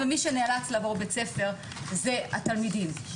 ומי שנאלצו לעבור בית ספר היו התלמידים.